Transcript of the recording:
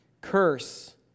curse